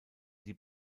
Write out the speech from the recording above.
die